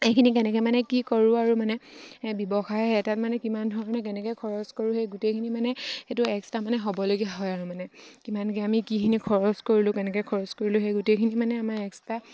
এইখিনি কেনেকৈ মানে কি কৰোঁ আৰু মানে ব্যৱসায় এটাত মানে কিমান ধৰণে কেনেকৈ খৰচ কৰোঁ সেই গোটেইখিনি মানে সেইটো এক্সট্ৰা মানে হ'বলগীয়া হয় আৰু মানে কিমানকৈ আমি কিখিনি খৰচ কৰিলোঁ কেনেকৈ খৰচ কৰিলোঁ সেই গোটেইখিনি মানে আমাৰ এক্সট্ৰা